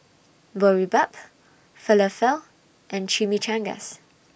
Boribap Falafel and Chimichangas